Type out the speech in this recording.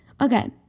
Okay